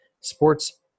Sports